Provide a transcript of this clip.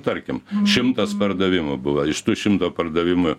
tarkim šimtas pardavimų buvo iš tų šimto pardavimų